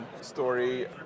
story